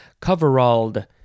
Coveralled